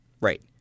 Right